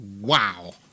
Wow